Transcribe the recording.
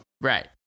Right